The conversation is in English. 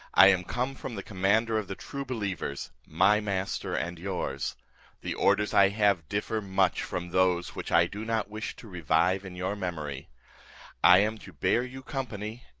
i am come from the commander of the true believers, my master and yours the orders i have differ much from those which i do not wish to revive in your memory i am to bear you company,